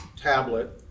tablet